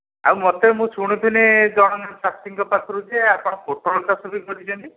ଆଉ ମୋତେ ମୁଁ ଶୁଣିଥିଲି ଜଣେ ଚାଷୀଙ୍କ ପାଖରୁ ଯେ ଆପଣ ପୋଟଳ ଚାଷ ବି କରିଛନ୍ତି